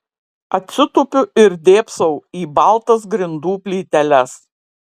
atsitupiu ir dėbsau į baltas grindų plyteles